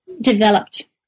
developed